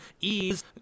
ease